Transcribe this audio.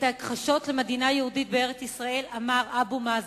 את ההכחשות של מדינה יהודית בארץ-ישראל אמר אבו מאזן,